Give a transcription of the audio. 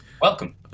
Welcome